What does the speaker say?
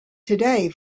today